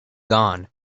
gone